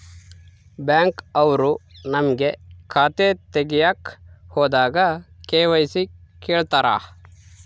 Bank ಅವ್ರು ನಮ್ಗೆ ಖಾತೆ ತಗಿಯಕ್ ಹೋದಾಗ ಕೆ.ವೈ.ಸಿ ಕೇಳ್ತಾರಾ?